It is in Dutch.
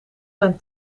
zijn